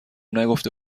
نگفته